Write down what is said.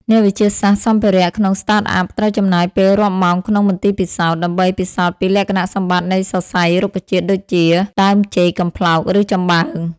អ្នកវិទ្យាសាស្ត្រសម្ភារៈ ក្នុង Startup ត្រូវចំណាយពេលរាប់ម៉ោងក្នុងមន្ទីរពិសោធន៍ ដើម្បីពិសោធន៍ពីលក្ខណៈសម្បត្តិនៃសរសៃរុក្ខជាតិដូចជា ដើមចេក កំប្លោក ឬចំបើង។